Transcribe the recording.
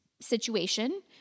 situation